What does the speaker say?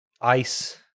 ice